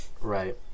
Right